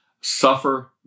suffer